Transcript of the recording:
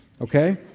okay